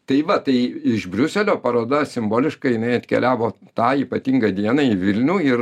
tai va tai iš briuselio paroda simboliškai jinai atkeliavo tą ypatingą dieną į vilnių ir